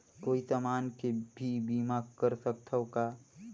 कोई समान के भी बीमा कर सकथव का?